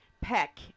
Peck